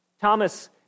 Thomas